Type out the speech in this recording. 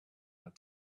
went